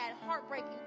heartbreaking